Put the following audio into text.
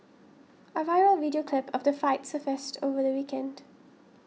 a viral video clip of the fight surfaced over the weekend